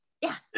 yes